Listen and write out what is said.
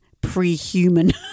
pre-human